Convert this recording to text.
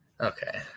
Okay